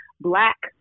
Black